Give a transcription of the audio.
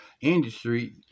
industry